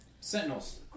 sentinels